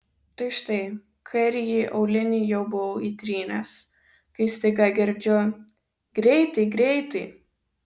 tai štai kairįjį aulinį jau buvau įtrynęs kai staiga girdžiu greitai greitai